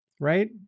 Right